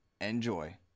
Enjoy